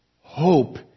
hope